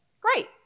Great